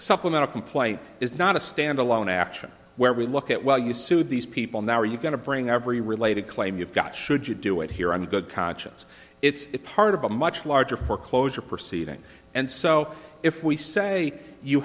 supplemental complaint is not a standalone action where we look at well you sued these people now are you going to bring every related claim you've got should you do it here on good conscience it's part of a much larger foreclosure proceeding and so if we say you